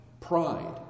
pride